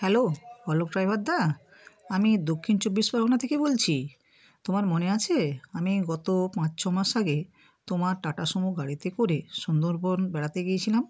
hello Alok ড্রাইভারদা আমি দক্ষিণ চব্বিশ পরগনা থেকে বলছি তোমার মনে আছে আমি গত পাঁচ ছ মাস আগে তোমার টাটা সুমো গাড়িতে করে সুন্দরবন বেড়াতে গিয়েছিলাম